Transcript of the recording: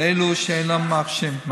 אלה שאינם מעשנים.